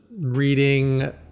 reading